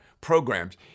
programs